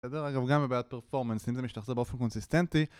בסדר? אגב גם בבעיית פרפורמנס, אם זה משתחזר באופן קונסיסטנטי